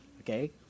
Okay